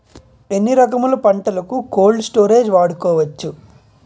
ఎన్ని రకములు పంటలకు కోల్డ్ స్టోరేజ్ వాడుకోవచ్చు?